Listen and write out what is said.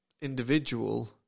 individual